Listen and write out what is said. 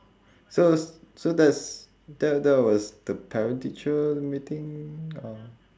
so so that's that that was the parent teacher meeting or